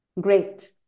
Great